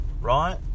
right